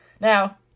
Now